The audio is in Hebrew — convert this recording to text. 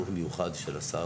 עם אישור מיוחד של השר